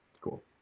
Cool